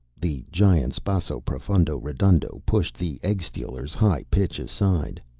the giant's basso profundo-redundo pushed the egg-stealer's high pitch aside.